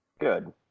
Good